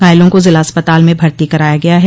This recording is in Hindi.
घायलों को ज़िला अस्पताल में भर्ती कराया गया है